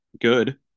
good